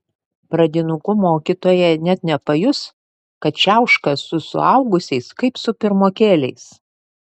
pradinukų mokytoja net nepajus kad čiauška su suaugusiais kaip su pirmokėliais